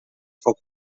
foc